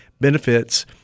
benefits